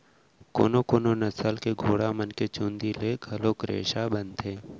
कोनो कोनो नसल के घोड़ा मन के चूंदी ले घलोक रेसा बनथे